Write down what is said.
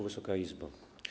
Wysoka Izbo!